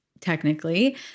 technically